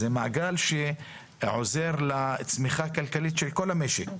זה מעגל שעוזר לצמיחה הכלכלית של כל המשק,